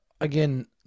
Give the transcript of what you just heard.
Again